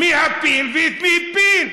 מי הפיל ואת מי הפיל.